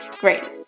great